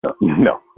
No